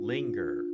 Linger